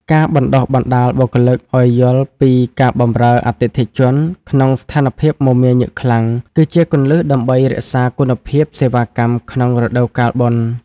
ការបណ្តុះបណ្តាលបុគ្គលិកឱ្យយល់ពីការបម្រើអតិថិជនក្នុងស្ថានភាពមមាញឹកខ្លាំង គឺជាគន្លឹះដើម្បីរក្សាគុណភាពសេវាកម្មក្នុងរដូវកាលបុណ្យ។